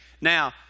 Now